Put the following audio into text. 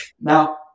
now